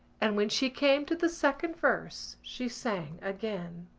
and when she came to the second verse she sang again